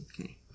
okay